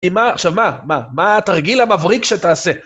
עכשיו, מה התרגיל המבריק שאתה עושה?